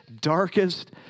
darkest